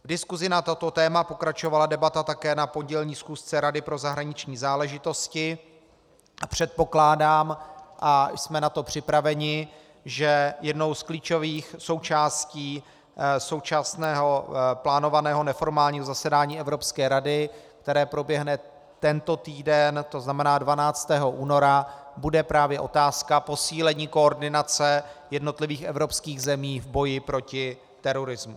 V diskusi na toto téma pokračovala debata také na pondělní schůzce Rady pro zahraniční záležitosti a předpokládám, a jsme na to připraveni, že jednou z klíčových součástí současného plánovaného neformálního zasedání Evropské rady, které proběhne tento týden, to znamená 12. února, bude právě otázka posílení koordinace jednotlivých evropských zemí v boji proti terorismu.